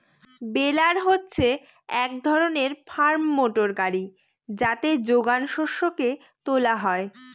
বেলার হচ্ছে এক ধরনের ফার্ম মোটর গাড়ি যাতে যোগান শস্যকে তোলা হয়